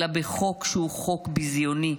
אלא בחוק שהוא חוק ביזיוני.